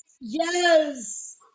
yes